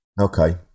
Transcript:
Okay